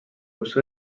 kus